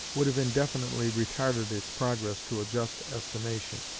would have indefinitely retarded its progress to a just estimation,